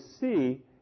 see